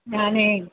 ഞാനേ